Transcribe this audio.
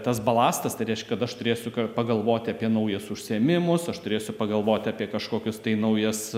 tas balastas tai reiškia kad aš turėsiu pagalvoti apie naujus užsiėmimus aš turėsiu pagalvoti apie kažkokius tai naujas